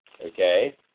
Okay